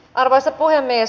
arvoisa puhemies